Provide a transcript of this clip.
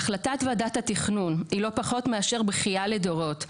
החלטת ועדת התכנון היא לא פחות מאשר בכייה לדורות,